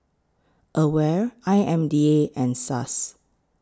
AWARE I M D A and Suss